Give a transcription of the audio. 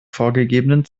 vorgegebenen